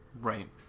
right